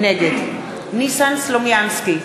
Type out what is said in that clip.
נגד ניסן סלומינסקי,